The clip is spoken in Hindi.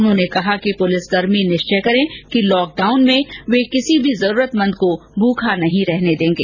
उन्होंने कहा कि पुलिसकर्मी निश्चय करें कि लॉक डाउन में वे किसी भी जरूरतमंद को भूखा नहीं रहने देंगे